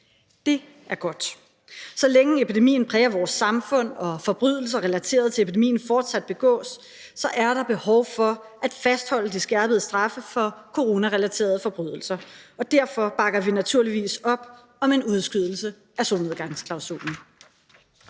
Det er godt. Så længe epidemien præger vores samfund og forbrydelser relateret til epidemien fortsat begås, er der behov for at fastholde de skærpede straffe for coronarelaterede forbrydelser, og derfor bakker vi naturligvis op om en udskydelse af solnedgangsklausulen.